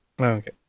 Okay